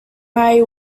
marry